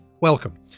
Welcome